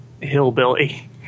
hillbilly